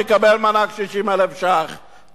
תקבל מענק 60,000 שקלים,